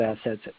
assets